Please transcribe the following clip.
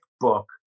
book